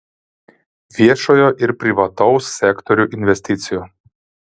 viešojo ir privataus sektorių investicijų